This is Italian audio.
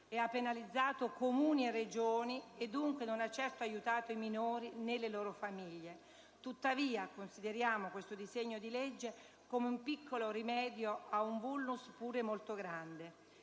e ha penalizzato Comuni e Regioni (e dunque non ha certo aiutato i minori, né le loro famiglie), tuttavia consideriamo questo disegno di legge un piccolo rimedio a un *vulnus* pure molto grande.